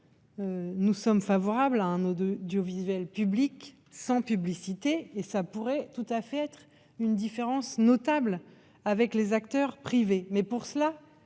Nous sommes favorables à un haut de audiovisuel public sans publicité et ça pourrait tout à fait être une différence notable avec les acteurs privés